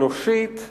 אנושית ועקרונית: